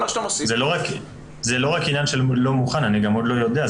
זה לא רק עניין של לא מוכן, אני גם עוד לא יודע.